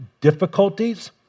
difficulties